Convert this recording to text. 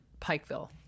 Pikeville